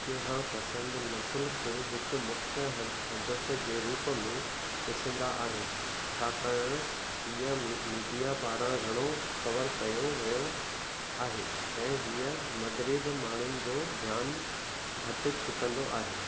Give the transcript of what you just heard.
इतिहास पसंदि नस्लु खे हिकु मुख्य ह हदफ़ जे रूप में डि॒सन्दा आहिनि छाकाणि हीअ मी मीडिया पारां घणो कवर कयो वियो आहे ऐं हीअ मगिरिब माण्हुनि जो ध्यानु घटि छिकंदो आहे